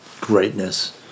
greatness